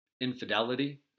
infidelity